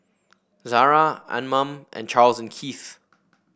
Zara Anmum and Charles and Keith